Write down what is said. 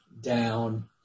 down